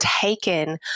taken